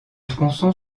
tronçon